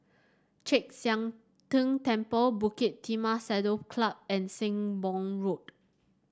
Chek Sian Tng Temple Bukit Timah Saddle Club and Sembong Road